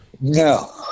No